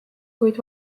kuid